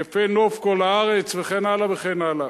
יפה נוף משוש כל הארץ וכן הלאה וכן הלאה.